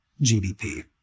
GDP